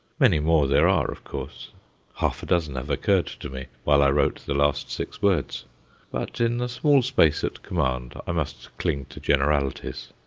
many more there are, of course half a dozen have occurred to me while i wrote the last six words but in the small space at command i must cling to generalities.